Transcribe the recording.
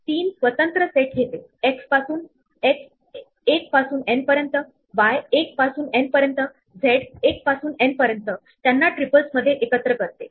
दुसऱ्या शब्दात सांगायचे म्हणजेच आपण एका बाजूला एड करतो आणि आणि दुसऱ्या बाजूकडून रिमूव करत असतो